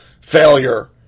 failure